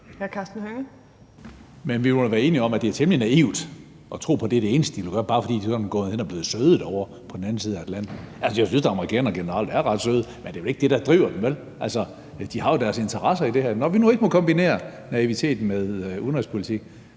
Men vi må da være enige om, at det er temmelig naivt at tro på, at det er det eneste, de vil gøre, bare fordi de sådan er gået hen og blevet søde derovre på den anden side af Atlanten. Altså, jeg synes da, at amerikanerne generelt er ret søde, men det er jo ikke det, der driver dem, vel? Altså, de har jo deres interesser i det her. Når vi nu ikke må kombinere naiviteten med udenrigspolitik,